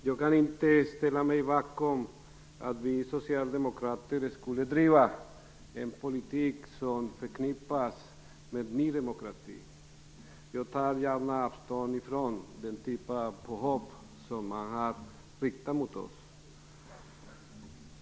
Jag kan inte ställa mig bakom åsikten att vi socialdemokrater skulle driva en politik som kan förknippas med Ny demokrati. Jag tar avstånd från sådana påhopp som har riktats mot oss.